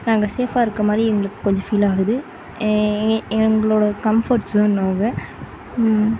நாங்கள் சேஃபாக இருக்க மாதிரி எங்களுக்கு கொஞ்சம் ஃபீல் ஆகுது எ எங்களோட கம்ஃபர்ட் ஜோன் அவங்க